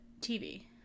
TV